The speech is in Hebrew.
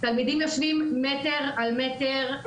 תלמידים יושבים מטר על מטר.